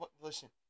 Listen